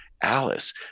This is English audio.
Alice